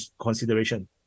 consideration